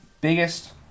biggest